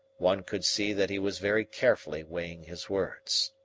one could see that he was very carefully weighing his words.